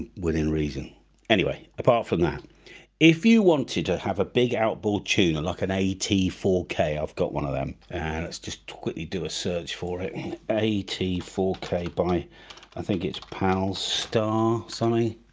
within reason anyway apart from that if you wanted to have a big outboard tuner like an eighty four k of got one of them and let's just quickly do a search for it eighty four k by i think it's pal star sunny